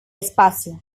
espacio